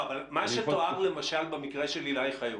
מה שתואר למשל במקרה של עילי חיות